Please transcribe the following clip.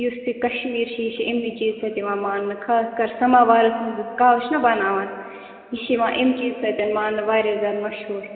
یُس یہِ کَشمیٖر چھُ یہِ چھُ اَمی چیٖزٕ سۭتۍ یوان ماننہٕ خاص کر سَماوارَس منٛز یُس قٔہوٕ چھِنا بناوان یہِ چھُ یِوان اَمہِ چیٖزٕ سۭتۍ ماننہٕ واریاہ زیادٕ مہشوٗر